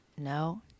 No